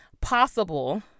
possible